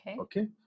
Okay